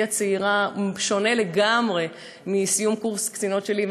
הצעירה שונה לגמרי מסיום קורס קצינות שלי,